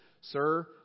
Sir